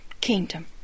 kingdom